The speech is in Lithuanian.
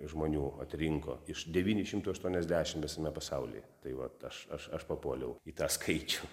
žmonių atrinko iš devynių šimtų aštuoniasdešim visame pasaulyje tai vat aš aš aš papuoliau į tą skaičių